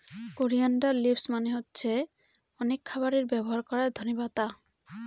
coriander leaves মানে হচ্ছে অনেক খাবারে ব্যবহার করা ধনে পাতা